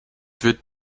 wird